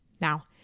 Now